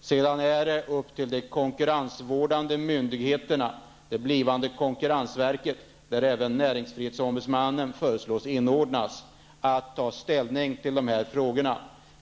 Sedan är det upp till de konkurrensvårdande myndigheterna -- det blivande konkurrensverket, som även näringsfrihetsombudsmannen enligt vad som föreslås skall inordnas i -- att ta ställning till de här frågorna.